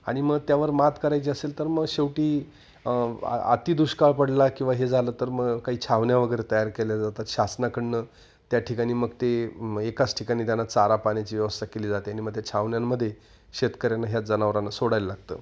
आणि मग त्यावर मात करायची असेल तर मग शेवटी आ अतिदुष्काळ पडला किंवा हे झालं तर मग काही छावण्या वगैरे तयार केल्या जातात शासनाकडून त्या ठिकाणी मग ते एकाच ठिकाणी त्यांना चारा पाण्याची व्यवस्था केली जाते आणि मग त्या छावण्यांमध्ये शेतकऱ्यांना ह्याच जनावरांना सोडायला लागतं